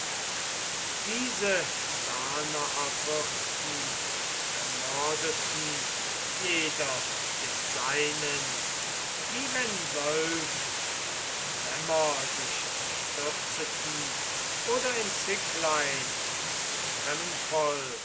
diese danaerfürsten ermordeten jeder den seinen wie wenn wölf in lämmer sich stürzeten oder in zicklein